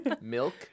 Milk